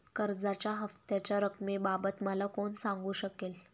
कर्जाच्या हफ्त्याच्या रक्कमेबाबत मला कोण सांगू शकेल?